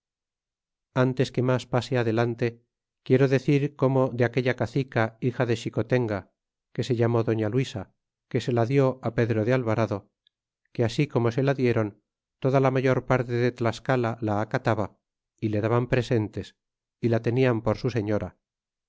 antes que mas pase adelante quiero decir como de aquella cacica hija de xicotenga que se llamó doña luisa que se la dió pedro de alvarado que así como se la dieron toda la mayor parte de tlascala la acataba y le daban presentes y la tenian por su señora